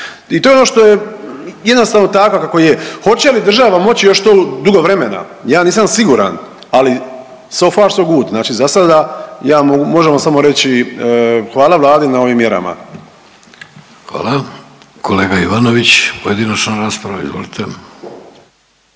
i to je ono što je jednostavno tako kako je. Hoće li država moći još to dugo vremena, ja nisam siguran, ali so far so good, znači za sada ja mogu, možemo samo reći hvala Vladi na ovim mjerama. **Vidović, Davorko (Socijaldemokrati)** Hvala. Kolega Ivanović, pojedinačna rasprava, izvolite.